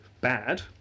Bad